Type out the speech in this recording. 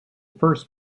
first